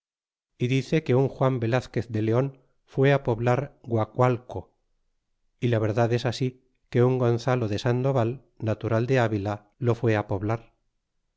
y dice que un juan velazquer de leon fué á poblar á guacualco y la verdee es así que un gonzalo de sandoval natural de avila lo fué á poblar